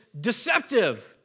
deceptive